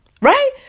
right